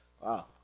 wow